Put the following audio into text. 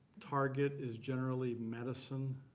target is generally medicine.